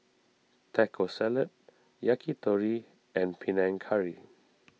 Taco Salad Yakitori and Panang Curry